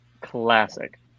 classic